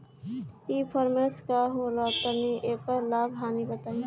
ई कॉमर्स का होला तनि एकर लाभ हानि बताई?